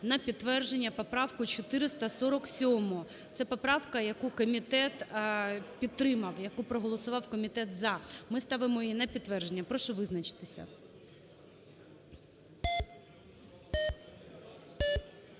на підтвердження поправку 447. Це поправка, яку комітет підтримав, яку проголосував комітет "за". Ми ставимо її на підтвердження. Прошу визначитися.